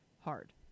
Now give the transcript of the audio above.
hard